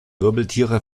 wirbeltiere